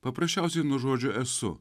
paprasčiausiai nuo žodžio esu